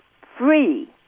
free